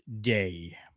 Day